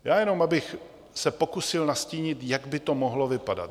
Já jen abych se pokusil nastínit, jak by to mohlo vypadat.